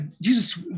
jesus